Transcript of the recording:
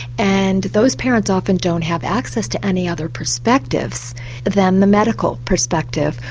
and those parents often don't have access to any other perspectives than the medical perspective,